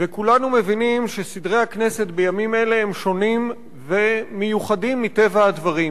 וכולנו מבינים שסדרי הכנסת בימים אלה הם שונים ומיוחדים מטבע הדברים.